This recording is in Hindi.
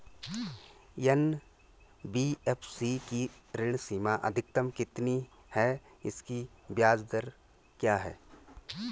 एन.बी.एफ.सी की ऋण सीमा अधिकतम कितनी है इसकी ब्याज दर क्या है?